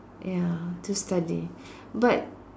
ya to study but